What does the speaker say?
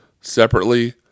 separately